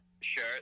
sure